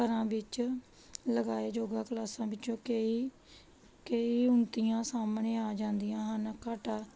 ਘਰਾਂ ਵਿੱਚ ਲਗਾਏ ਯੋਗਾ ਕਲਾਸਾਂ ਵਿੱਚੋਂ ਕਈ ਕਈ ਉਣਤੀਆਂ ਸਾਹਮਣੇ ਆ ਜਾਂਦੀਆਂ ਹਨ ਘਾਟਾ